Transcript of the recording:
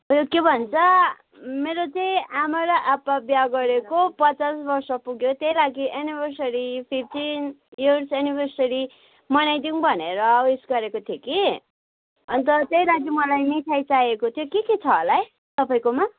उयो के भन्छ मेरो चाहिँ आमा र आप्पा विवाह गरेको पचास वर्ष पुग्यो त्यही लागि एनिभर्सरी फिफ्टिन्थ इयर्स एनिभर्सरी मनाइदिऊँ भनेर उयो गरेको थिएँ कि अन्त त्यही लागि मलाई मिठाई चाहिएको थियो के के छ होला है तपाईँकोमा